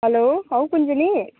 hello हौ कुन्जली